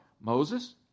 Moses